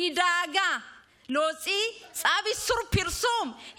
היא דאגה להוציא צו איסור פרסום.